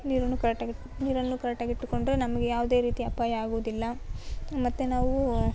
ನೀರನ್ನು ಕರೆಕ್ಟಾಗಿ ನೀರನ್ನು ಕರೆಕ್ಟಾಗಿ ಇಟ್ಟುಕೊಂಡರೆ ನಮಗೆ ಯಾವ್ದೇ ರೀತಿಯ ಆಪಾಯ ಆಗೋದಿಲ್ಲ ಮತ್ತೆ ನಾವು